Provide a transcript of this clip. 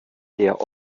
der